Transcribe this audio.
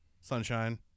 sunshine